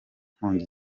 nkongi